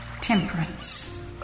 temperance